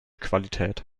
qualität